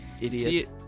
Idiot